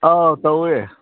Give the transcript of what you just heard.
ꯑꯧ ꯇꯧꯋꯦ